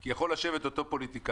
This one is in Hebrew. כי יכול לשבת אותו פוליטיקאי